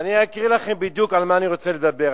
ואני אקריא לכם בדיוק על מה אני רוצה לדבר.